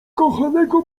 kochanego